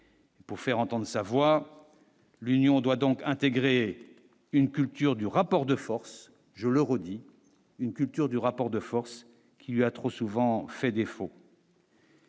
Pour faire entendre sa voix, l'Union doit donc intégrer une culture du rapport de force, je le redis une culture du rapport de force qui lui a trop souvent fait défaut.